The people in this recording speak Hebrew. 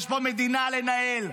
יש פה מדינה לנהל.